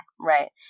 Right